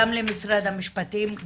גם למשרד המשפטים,